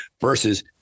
versus